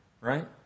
right